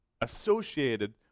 associated